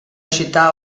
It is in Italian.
città